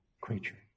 creature